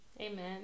amen